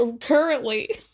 currently